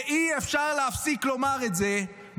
ואי-אפשר להפסיק לומר את זה,